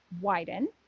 widen